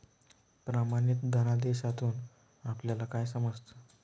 प्रमाणित धनादेशातून आपल्याला काय समजतं?